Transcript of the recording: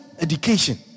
education